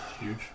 Huge